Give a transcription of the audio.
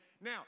Now